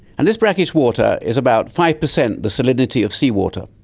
and this brackish water is about five percent the salinity of seawater.